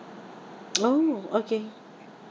oh okay